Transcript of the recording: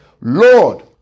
Lord